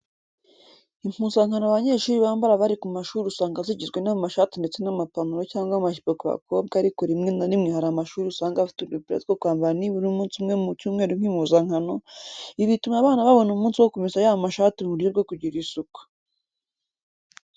Impuzankano abanyeshuri bambara bari ku mashuri usanga zigizwe n'amashati ndetse n'amapantaro cyangwa amajipo ku bakobwa ariko rimwe na rimwe hari amashuri usanga afite udupira two kwambara nibura umunsi umwe mu cyumweru nk'impuzankano, ibi bituma abana babona umunsi wo kumesa ya mashati mu buryo bwo kugira isuku.